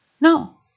No